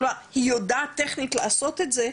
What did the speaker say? היא יודעת טכנית לעשות את זה,